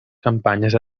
campanyes